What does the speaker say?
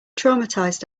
traumatized